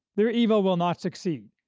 their evil will not succeed,